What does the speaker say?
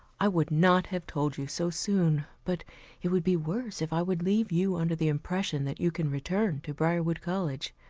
i would not have told you so soon, but it would be worse if i would leave you under the impression that you can return to briarwood college.